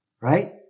right